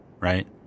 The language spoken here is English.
right